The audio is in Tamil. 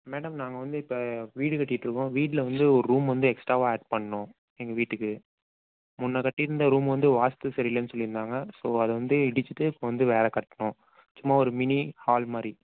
மேடம் நாங்கள் வந்து இப்போ வீடு கட்டிட்டுருக்கோம் வீட்டில் வந்து ஒரு ரூம் வந்து எக்ஸ்ட்டாவாக ஆட் பண்ணும் எங்கள் வீட்டுக்கு முன்னே கட்டியிருந்த ரூம் வந்து வாஸ்த்து சரியில்லன்னு சொல்லியிருந்தாங்க ஸோ அதை வந்து இடிச்சிட்டு இப்போ வந்து வேறு கட்டணும் சும்மா ஒரு மினி ஹால் மாதிரி